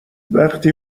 وقتی